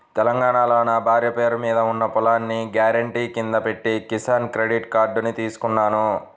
తెలంగాణాలో నా భార్య పేరు మీద ఉన్న పొలాన్ని గ్యారెంటీ కింద పెట్టి కిసాన్ క్రెడిట్ కార్డుని తీసుకున్నాను